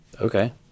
Okay